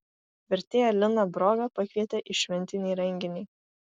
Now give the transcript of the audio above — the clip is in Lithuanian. vertėją liną brogą pakvietė į šventinį renginį